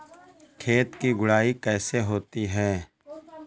खेत की गुड़ाई कैसे होती हैं?